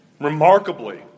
Remarkably